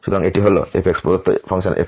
সুতরাং এটি হল f প্রদত্ত ফাংশন f